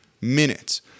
minutes